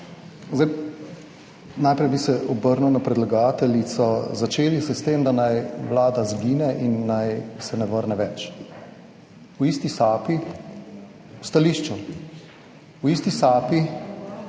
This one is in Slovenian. Zdaj, najprej bi se obrnil na predlagateljico. Začeli se s tem, da naj Vlada izgine in naj se ne vrne več. V isti sapi, v stališču, v isti sapi,